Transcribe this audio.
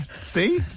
See